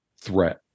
threat